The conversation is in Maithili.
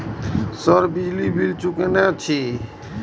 सर बिजली बील चूकेना छे?